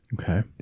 okay